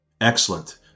Excellent